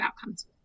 outcomes